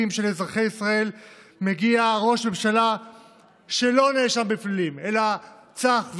יודעים שלאזרחי ישראל מגיע ראש ממשלה שלא נאשם בפלילים אלא צח,